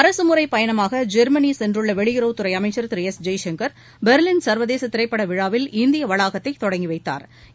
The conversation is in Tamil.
அரகமுறை பயணமாக ஜொ்மனி சென்றுள்ள வெளியுறவுத்துறை அமைச்சா் திரு எஸ் ஜெய்சங்கா் பொ்லின் சா்வதேச திரைப்பட விழாவில் இந்திய வளாகத்தை தொடங்கிவைத்தாா்